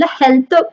health